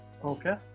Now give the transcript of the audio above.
Okay